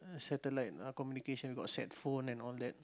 ah satellite uh communication got sat phone and all that